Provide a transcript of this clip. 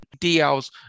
DLs